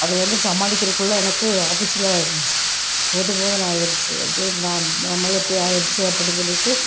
அது வந்து சமாளிக்கிறக்குள்ளே எனக்கு ஆஃபீஸில் போது போதுன்னு ஆயிடுச்சு ஐயோ நாம் நம் மேலே இப்படி ஆயிடுச்சே அப்படின்னு சொல்லிவிட்டு